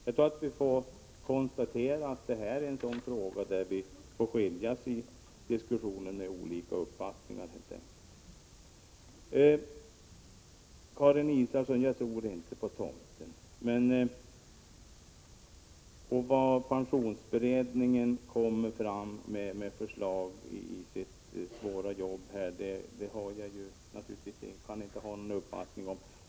Jag tror vi måste konstatera att detta är en fråga där vi helt enkelt får skiljas i diskussionen med olika uppfattningar. Karin Israelsson! Jag tror inte på tomten. Vilket förslag pensionsberedningen skall komma fram med i sitt svåra arbete kan jag naturligtvis inte ha någon uppfattning om.